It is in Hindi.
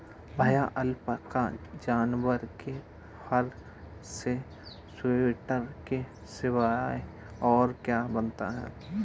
भैया अलपाका जानवर के फर से स्वेटर के सिवाय और क्या बनता है?